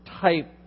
type